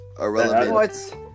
Irrelevant